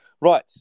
Right